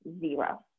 zero